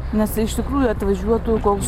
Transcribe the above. nes iš tikrųjų atvažiuotų koks